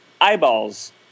eyeballs